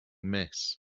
miss